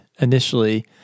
initially